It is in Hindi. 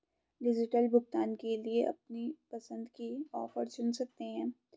डिजिटल भुगतान के लिए अपनी पसंद के ऑफर चुन सकते है